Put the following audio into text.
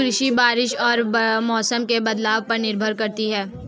कृषि बारिश और मौसम के बदलाव पर निर्भर करती है